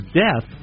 death